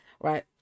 Right